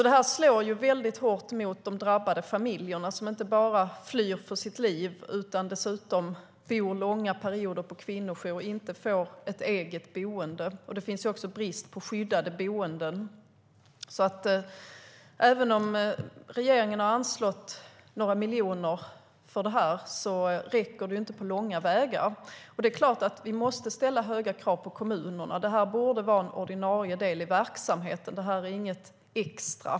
Det slår hårt mot de drabbade familjer som inte bara flyr för sina liv utan dessutom tvingas bo långa perioder på kvinnojourer utan att få ett eget boende. Det är också brist på skyddade boenden. Även om regeringen anslagit några miljoner räcker det inte på långa vägar. Vi måste ställa höga krav på kommunerna. Det borde vara en del i den ordinarie verksamheten. Det är inget extra.